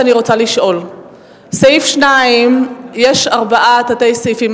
בסעיף 2 יש ארבעה תת-סעיפים,